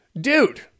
dude